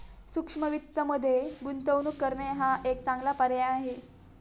सूक्ष्म वित्तमध्ये गुंतवणूक करणे हा एक चांगला पर्याय आहे